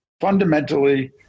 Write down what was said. fundamentally